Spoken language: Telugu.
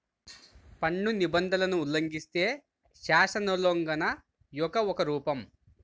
పన్ను నిబంధనలను ఉల్లంఘిస్తే, శాసనోల్లంఘన యొక్క ఒక రూపం